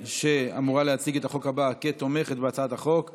שאמורה להציג את הצעת החוק הבאה,